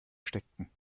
steckten